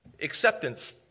acceptance